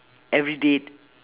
every date